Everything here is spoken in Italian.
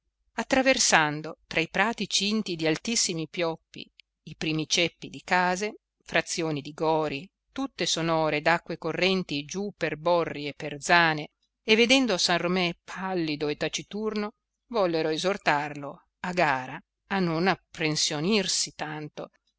attraversando tra i prati cinti di altissimi pioppi i primi ceppi di case frazioni di gori tutte sonore d'acque correnti giù per borri e per zane e vedendo san romé pallido e taciturno vollero esortarlo a gara a non apprensionirsi tanto